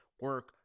Work